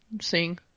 sing